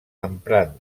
emprant